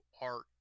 art